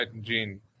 gene